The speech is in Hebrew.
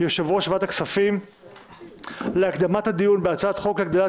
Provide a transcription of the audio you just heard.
בקשת יושב-ראש ועדת הכספים להקדמת הדיון בהצעת חוק להגדלת